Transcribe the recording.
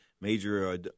major